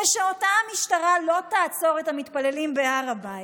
ושאותה המשטרה לא תעצור את המתפללים בהר הבית,